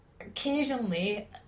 occasionally